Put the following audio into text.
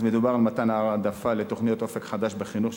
אז מדובר במתן העדפה לתוכנית "אופק חדש בחינוך"